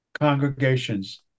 congregations